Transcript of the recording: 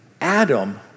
Adam